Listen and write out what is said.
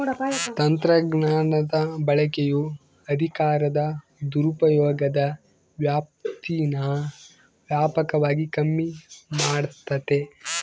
ತಂತ್ರಜ್ಞಾನದ ಬಳಕೆಯು ಅಧಿಕಾರದ ದುರುಪಯೋಗದ ವ್ಯಾಪ್ತೀನಾ ವ್ಯಾಪಕವಾಗಿ ಕಮ್ಮಿ ಮಾಡ್ತತೆ